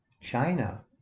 China